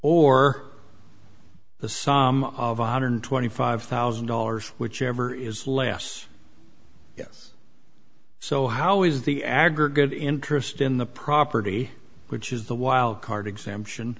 or the sum of one hundred twenty five thousand dollars whichever is less yes so how is the aggregate interest in the property which is the wildcard exemption